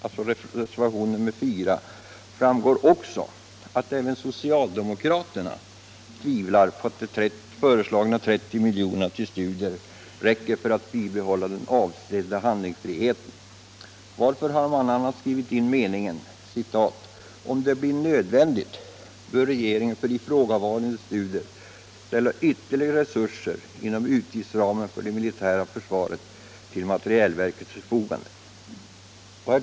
Av reservationen 4 framgår att även socialdemokraterna tvivlar på att de föreslagna 30 milj.kr. till studier räcker för att bibehålla den avsedda handlingsfriheten: Varför annars meningen: ”Om det blir nödvändigt bör regeringen för ifrågavarande studier ställa ytterligare resurser inom utgiftsramen för det militära försvaret till materielverkets förfogande”?